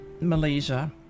malaysia